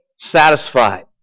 satisfied